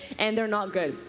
and they are not good.